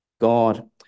God